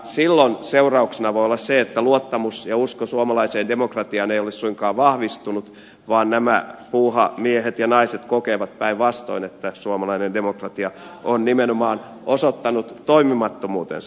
silloin seurauksena voi olla se että luottamus ja usko suomalaiseen demokratiaan ei ole suinkaan vahvistunut vaan nämä puuhamiehet ja naiset kokevat päinvastoin että suomalainen demokratia on nimenomaan osoittanut toimimattomuutensa